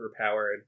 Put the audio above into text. overpowered